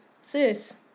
sis